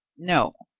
no,